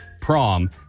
prom